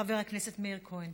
חבר הכנסת מאיר כהן.